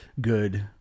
good